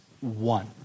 one